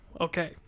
okay